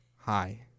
Hi